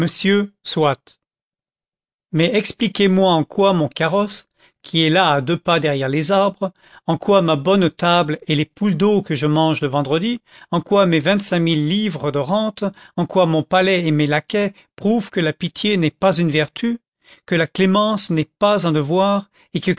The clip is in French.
mais expliquez-moi en quoi mon carrosse qui est là à deux pas derrière les arbres en quoi ma bonne table et les poules d'eau que je mange le vendredi en quoi mes vingt-cinq mille livres de rentes en quoi mon palais et mes laquais prouvent que la pitié n'est pas une vertu que la clémence n'est pas un devoir